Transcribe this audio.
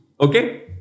Okay